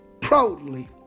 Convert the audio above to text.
Proudly